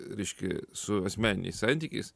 reiškia su asmeniniais santykiais